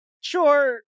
Sure